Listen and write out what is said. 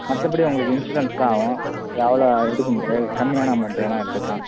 மற்றபடி அவங்களுக்கு இன்ஷுரன்ஸ் தான் ஆகும் அவ்வளோ எடுக்க முடியாது கம்மியான அமௌண்ட் வேணுனா எடுத்துக்கலாம்